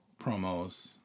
promos